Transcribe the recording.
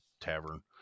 tavern